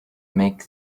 make